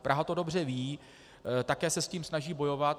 Praha to dobře ví, také se s tím snaží bojovat.